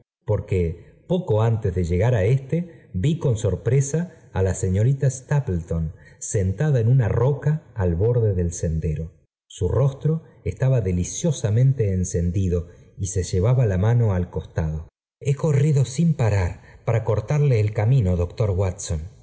porque i j poco antes de llegar á éste vi con sorpresa á la señorita stapletoir sentada en una roca al borde del sendero su rostro estaba deliciosamente encen v v'v üio y se llevaba la mano al costado t he corrido sin parar para cortarle el camino doctor wateon